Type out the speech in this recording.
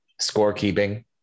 Scorekeeping